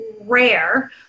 rare